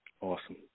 Awesome